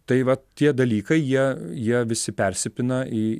tai vat tie dalykai jie jie visi persipina į